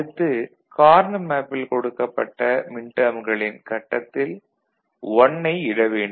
அடுத்து கார்னா மேப்பில் கொடுக்கப்பட்ட மின்டேர்ம்களின் கட்டத்தில் "1" ஐ இட வேண்டும்